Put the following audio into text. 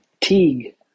Teague